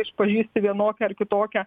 išpažįsti vienokią ar kitokią